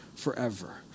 forever